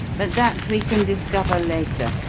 but that we can discover later.